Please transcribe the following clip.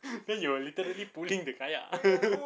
then you are literally pulling the kayak